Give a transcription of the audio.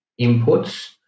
inputs